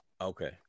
Okay